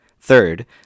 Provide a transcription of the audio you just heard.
Third